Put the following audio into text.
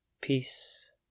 Peace